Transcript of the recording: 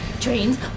trains